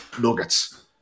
nuggets